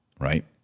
right